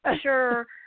sure